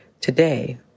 today